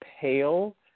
pale